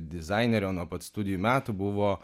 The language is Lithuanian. dizainerio nuo pat studijų metų buvo